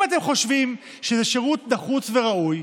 אם אתם חושבים שזה שירות נחוץ וראוי,